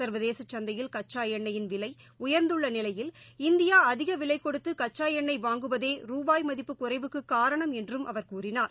சா்வதேச சந்தையில் கச்சா எண்ணெயின் விலை உயா்ந்துள்ள நிலையில் இந்தியா அதிகவிலை கொடுத்து கச்சா எண்ணெய் வாங்குவதே ரூபாய் மதிப்பு குறைவுக்கு காரணம் என்றும் அவர் கூறினார்